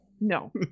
No